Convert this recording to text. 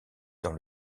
dans